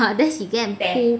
then she go and pull